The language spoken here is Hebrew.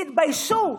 תתביישו.